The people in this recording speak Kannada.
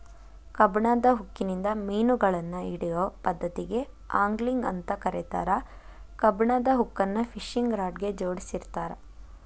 ಕಬ್ಬಣದ ಹುಕ್ಕಿನಿಂದ ಮಿನುಗಳನ್ನ ಹಿಡಿಯೋ ಪದ್ದತಿಗೆ ಆಂಗ್ಲಿಂಗ್ ಅಂತ ಕರೇತಾರ, ಕಬ್ಬಣದ ಹುಕ್ಕನ್ನ ಫಿಶಿಂಗ್ ರಾಡ್ ಗೆ ಜೋಡಿಸಿರ್ತಾರ